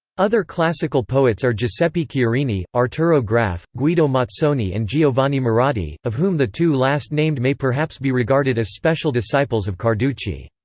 other classical poets are giuseppe chiarini, arturo graf, guido mazzoni and giovanni marradi, of whom the two last named may perhaps be regarded as special disciples of carducci.